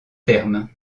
terme